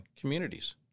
communities